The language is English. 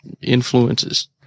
influences